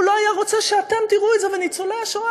הוא לא היה רוצה שאתם תראו את זה, וניצולי השואה